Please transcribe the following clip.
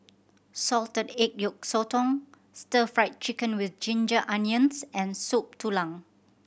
salted egg yolk sotong Stir Fried Chicken With Ginger Onions and Soup Tulang